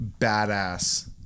badass